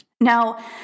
Now